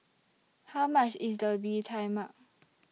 How much IS The Bee Tai Mak